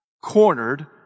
Cornered